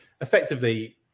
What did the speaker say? effectively